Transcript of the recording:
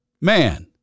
man